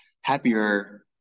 happier